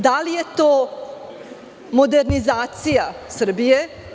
Da li je to modernizacija Srbije?